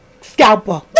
Scalper